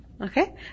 Okay